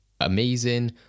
amazing